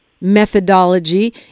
methodology